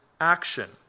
action